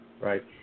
Right